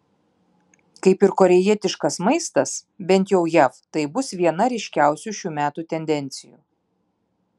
kaip ir korėjietiškas maistas bent jau jav tai bus viena ryškiausių šių metų tendencijų